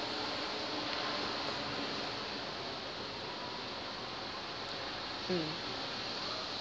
mm